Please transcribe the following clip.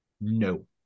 No